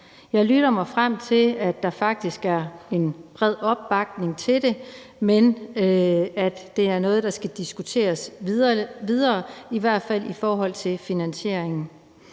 Jeg lytter mig frem til, at der faktisk er en bred opbakning til det, men at det er noget, der skal diskuteres videre, i hvert fald i forhold til finansiering.